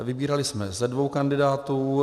Vybírali jsme ze dvou kandidátů.